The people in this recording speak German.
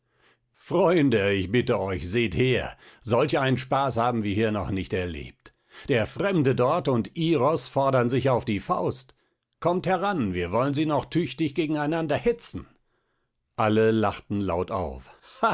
freunde ich bitte euch seht her solch einen spaß haben wir hier noch nicht erlebt der fremde dort und iros fordern sich auf die faust kommt heran wir wollen sie noch tüchtig gegeneinander hetzen alle lachten laut auf